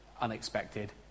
unexpected